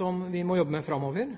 som vi må jobbe med framover.